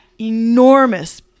enormous